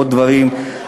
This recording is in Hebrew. עוד דברים.